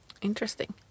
Interesting